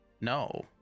no